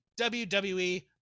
WWE